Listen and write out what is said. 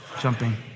Jumping